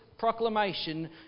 proclamation